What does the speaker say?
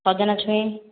ସଜନା ଛୁଇଁ